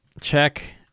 Check